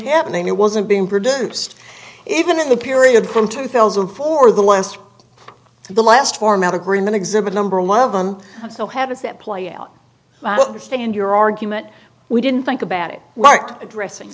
happening it wasn't being produced even in the period from two thousand and four the last the last format agreement exhibit number one of them so how does that play out the stand your argument we didn't think about it like addressing